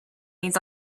needs